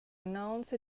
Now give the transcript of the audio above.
announce